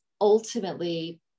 ultimately